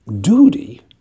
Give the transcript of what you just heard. duty